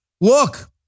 look